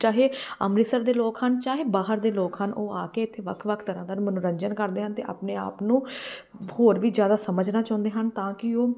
ਚਾਹੇ ਅੰਮ੍ਰਿਤਸਰ ਦੇ ਲੋਕ ਹਨ ਚਾਹੇ ਬਾਹਰ ਦੇ ਲੋਕ ਹਨ ਉਹ ਆ ਕੇ ਇੱਥੇ ਵੱਖ ਵੱਖ ਤਰ੍ਹਾਂ ਦਾ ਮਨੋਰੰਜਨ ਕਰਦੇ ਹਨ ਅਤੇ ਆਪਣੇ ਆਪ ਨੂੰ ਹੋਰ ਵੀ ਜ਼ਿਆਦਾ ਸਮਝਣਾ ਚਾਹੁੰਦੇ ਹਨ ਤਾਂ ਕਿ ਉਹ